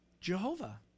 Jehovah